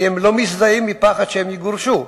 כי הם לא מזדהים מהפחד שהם יגורשו.